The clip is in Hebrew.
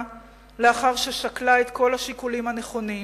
לאחר ששקלה את כל השיקולים הנכונים,